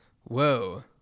Whoa